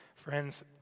Friends